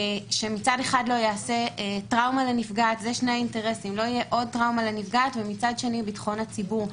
שמצד אחד לא תיעשה טראומה לנפגעת ומצד שני ביטחון הציבור,